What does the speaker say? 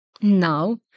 Now